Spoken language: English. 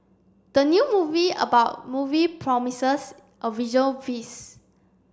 the new movie about movie promises a visual feast